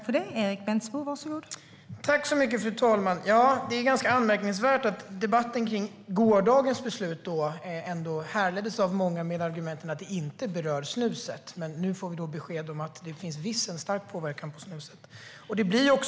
Fru talman! Det är ganska anmärkningsvärt att många i debatten om gårdagens beslut framfört argumentet att det inte berör snuset. Nu får vi besked om att det visst finns en stark påverkan på snuset.